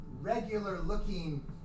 Regular-looking